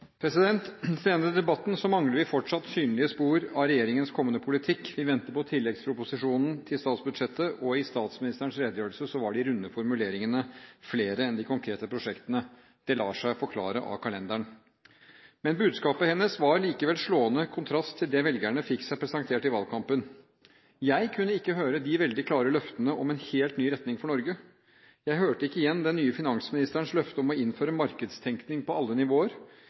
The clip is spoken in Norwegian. denne debatten mangler vi fortsatt synlige spor av regjeringens kommende politikk. Vi venter på tilleggsproposisjonen til statsbudsjettet, og i statsministerens redegjørelse var de runde formuleringene flere enn de konkrete prosjektene. Det lar seg forklare av kalenderen. Men budskapet hennes var likevel i slående kontrast til det velgerne fikk seg presentert i valgkampen. Jeg kunne ikke høre de veldig klare løftene om en helt ny retning for Norge. Jeg hørte ikke igjen den nye finansministerens løfte om å innføre markedstenkning på alle nivåer